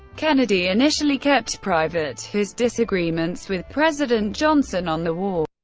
kennedy initially kept private his disagreements with president johnson on the war.